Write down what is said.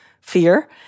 fear